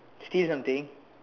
steal something